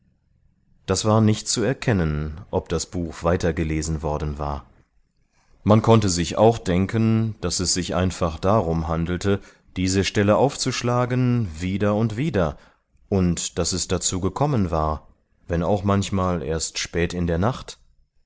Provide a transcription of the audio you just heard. das war nicht zu erkennen ob das buch weitergelesen worden war man konnte sich auch denken daß es sich einfach darum handelte diese stelle aufzuschlagen wieder und wieder und daß es dazu gekommen war wenn auch manchmal erst spät in der nacht